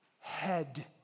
head